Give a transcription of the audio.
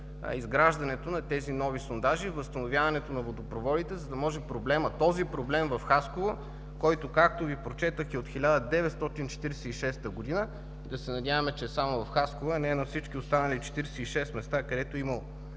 изграждането на тези нови сондажи, възстановяването на водопроводите, за да може проблемът в Хасково, който, както Ви прочетох, е от 1946 г. – да се надяваме, че е само в Хасково, а не е на всички останали 46 места, където е